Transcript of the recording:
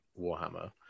Warhammer